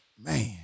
Man